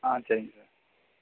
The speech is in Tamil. ஆ சரிங்க சார்